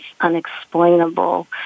unexplainable